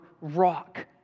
rock